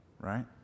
right